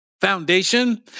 foundation